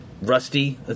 Rusty